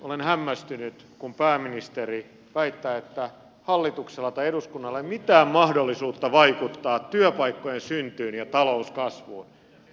olen hämmästynyt kun pääministeri väittää että hallituksella tai eduskunnalla ei ole mitään mahdollisuutta vaikuttaa työpaikkojen syntyyn ja talouskasvuun